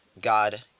God